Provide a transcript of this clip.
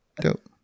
Dope